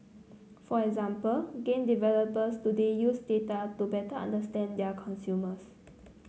for example game developers today use data to better understand their consumers